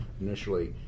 initially